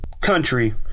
country